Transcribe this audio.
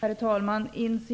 Herr talman! För